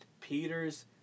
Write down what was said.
Peter's